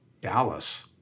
Dallas